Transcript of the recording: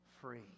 free